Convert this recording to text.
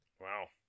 wow